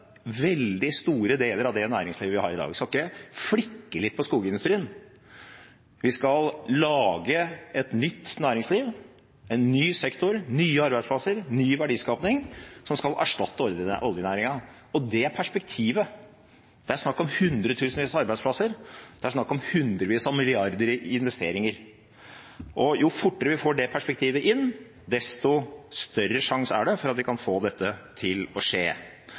veldig store deler av det næringslivet vi har i dag. Vi skal ikke flikke litt på skogindustrien. Vi skal lage et nytt næringsliv, en ny sektor, nye arbeidsplasser, ny verdiskaping, som skal erstatte oljenæringen – og det perspektivet. Det er snakk om hundretusenvis av arbeidsplasser, det er snakk om hundrevis av milliarder i investeringer. Jo fortere vi får det perspektivet inn, desto større sjanse er det for at vi kan få dette til å skje.